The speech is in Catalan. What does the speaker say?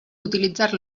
utilitzar